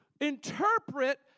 interpret